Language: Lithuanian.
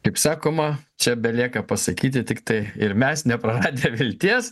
kaip sakoma čia belieka pasakyti tiktai ir mes nepraradę vilties